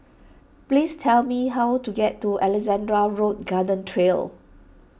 please tell me how to get to Alexandra Road Garden Trail